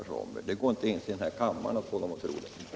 Inte ens i den här kammaren kan Ingvar Svanberg få någon att tro det.